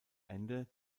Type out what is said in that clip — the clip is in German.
ende